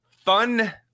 fun